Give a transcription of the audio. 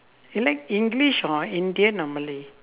you like english or indian or malay